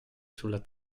sulla